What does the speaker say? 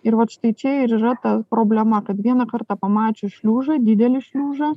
ir vat štai čia ir yra ta problema kad vieną kartą pamačius šliužą didelį šliužą